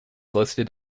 listed